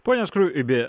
pone skruibi